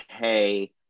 hey